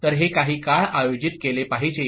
तर हे काही काळ आयोजित केले पाहिजे